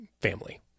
family